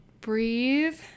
Breathe